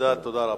תודה רבה.